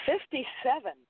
Fifty-seven